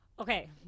okay